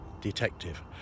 detective